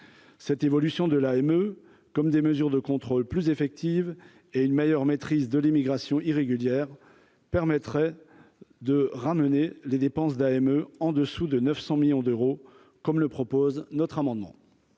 cette évolution de l'AME comme des mesures de contrôle plus effective et une meilleure maîtrise de l'immigration irrégulière, permettrait de ramener les dépenses d'AME en dessous de 900 millions d'euros, comme le propose notre amendement.